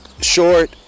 short